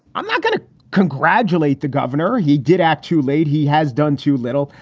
i'm not going to congratulate the governor. he did act too late. he has done too little.